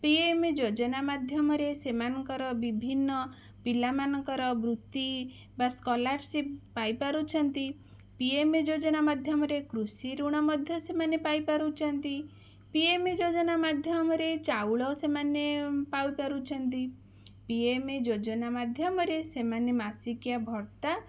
P M ଯୋଜନା ମାଧ୍ୟମରେ ସେମାନଙ୍କର ବିଭିନ୍ନ ପିଲାମାନଙ୍କର ବୃତ୍ତି ବା ସ୍କଲାରସିପ ପାଇ ପାରୁଛନ୍ତି ପି ଏମ ଯୋଜନା ମାଧ୍ୟମରେ କୃଷି ଋଣ ମଧ୍ୟ ସେମାନେ ପାଇ ପାରୁଛନ୍ତି ପି ଏମ ଯୋଜନା ମାଧ୍ୟମରେ ଚାଉଳ ସେମାନେ ପାଉ ପାରୁଛନ୍ତି ପି ଏମ ଯୋଜନା ମାଧ୍ୟମରେ ସେମାନେ ମାସିକିଆ ଭତ୍ତା